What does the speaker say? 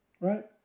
Right